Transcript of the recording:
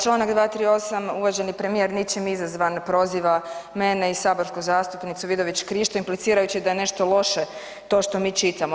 čl. 238. uvaženi premijer ničim izazvan proziva mene i saborsku zastupnicu Vidović Krišto implicirajući da je nešto loše to što mi čitamo.